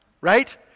right